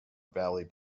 valley